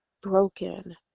broken